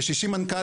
ו- 60 מנכ"לים,